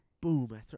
Boom